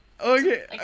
Okay